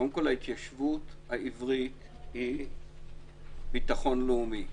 קודם כל, ההתיישבות העברית היא ביטחון לאומי.